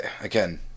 again